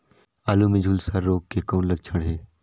आलू मे झुलसा रोग के कौन लक्षण हे?